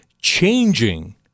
changing